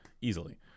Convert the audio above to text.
easily